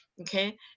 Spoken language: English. okay